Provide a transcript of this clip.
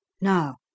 Now